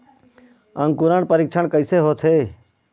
अंकुरण परीक्षण कैसे होथे?